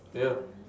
ya